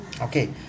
okay